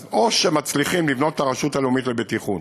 אז או שמצליחים לבנות את הרשות הלאומית לבטיחות